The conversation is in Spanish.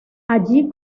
allí